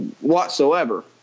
whatsoever